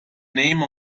name